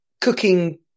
cooking